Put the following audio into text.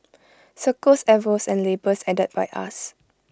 circles arrows and labels added by us